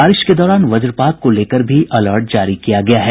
बारिश के दौरान वज्रपात को लेकर भी अलर्ट जारी किया गया है